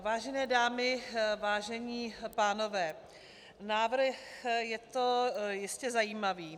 Vážené dámy, vážení pánové, návrh je to jistě zajímavý.